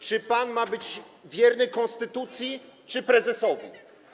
Czy pan ma być wierny konstytucji czy prezesowi?